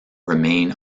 remain